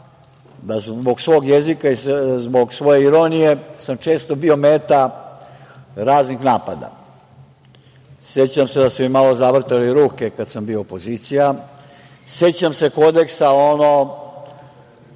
da zbog svog jezika i zbog svoje ironije sam često bio meta raznih napada. Sećam se da su mi malo zavrtali ruke kada sam bio opozicija, sećam se kodeksa onog